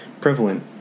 prevalent